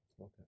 Okay